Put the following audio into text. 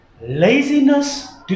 laziness